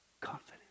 confidence